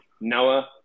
Noah